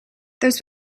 those